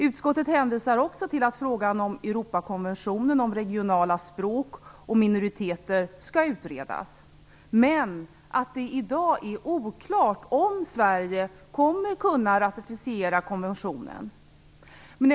Utskottet hänvisar också till att frågan om Europakonventionen om regionala språk och minoriteter skall utredas, men säger att det i dag är oklart om Sverige kommer att kunna ratificera konventionen.